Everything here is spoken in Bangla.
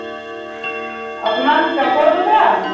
আপনার কি কাপড় দোকান